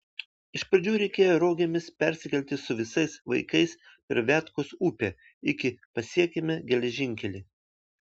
iš pradžių reikėjo rogėmis persikelti su visais vaikais per viatkos upę iki pasiekėme geležinkelį